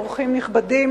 אורחים נכבדים,